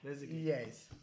Yes